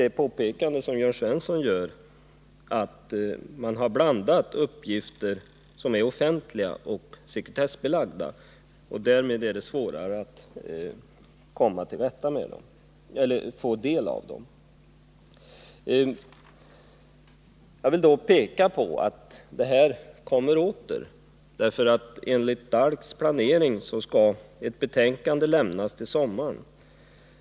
Det påpekande som Jörn Svensson gör kan också vara riktigt, nämligen att man har blandat uppgifter som är offentliga och sådana som är sekretessbelagda, och att det därmed är svårare att få del av de uppgifterna. Jag vill då peka på att denna fråga återkommer, för enligt DALK:s planering skall ett betänkande lämnas till sommaren.